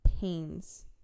pains